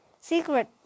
Secret